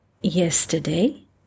yesterday